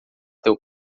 teu